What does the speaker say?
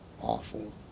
awful